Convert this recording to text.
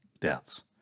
deaths